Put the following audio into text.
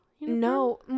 No